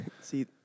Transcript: See